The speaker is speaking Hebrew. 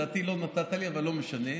בוא נמשיך.